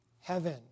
heaven